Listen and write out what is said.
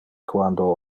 quando